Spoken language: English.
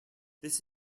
this